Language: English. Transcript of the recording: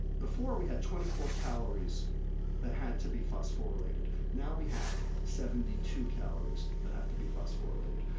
before we had twenty four calories that had to be phosphorylated. now we have seventy two calories that have to be phosphorylated.